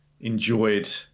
enjoyed